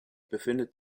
befindet